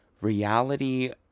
reality